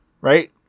right